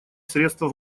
средства